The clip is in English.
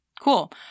Cool